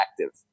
active